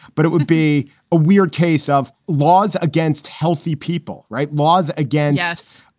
but it would be a weird case of laws against healthy people. write laws. again, yes.